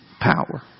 power